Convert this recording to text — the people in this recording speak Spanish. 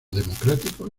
democrático